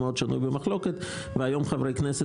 והוא מאוד שנוי במחלוקת והיום חברי כנסת